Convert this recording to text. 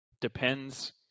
depends